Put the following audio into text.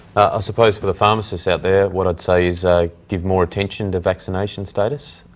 ah suppose, for the pharmacists out there, what i'd say is give more attention to vaccination status,